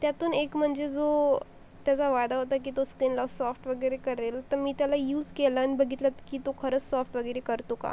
त्यातून एक म्हणजे जो त्याचा वादा होता की तो स्किनला सॉफ्ट वगैरे करेल तर मी त्याला यूज केला आणि बघितला की तो खरंच सॉफ्ट वगैरे करतो का